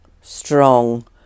strong